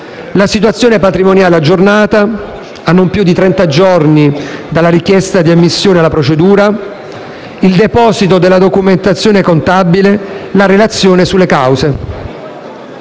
la situazione patrimoniale aggiornata a non più di trenta giorni dalla richiesta di ammissione alla procedura, il deposito della documentazione contabile e la relazione sulle cause.